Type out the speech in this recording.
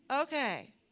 Okay